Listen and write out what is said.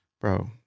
bro